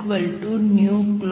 clockt